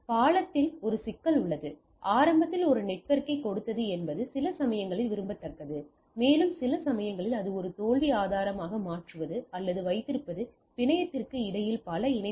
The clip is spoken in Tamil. பாலத்தில் ஒரு சிக்கல் உள்ளதுஆரம்பத்தில் ஒரு நெட்வொர்க்கைக் கொடுத்தது என்பது சில சமயங்களில் விரும்பத்தக்கது மேலும் சில சமயங்களில் அதை ஒருவித தோல்வி ஆதாரமாக மாற்றுவது அல்லது வைத்திருப்பது பிணையத்திற்கு இடையில் பல இணைப்பு